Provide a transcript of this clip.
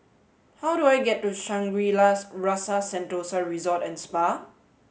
how do I get to Shangri La's Rasa Sentosa Resort and Spa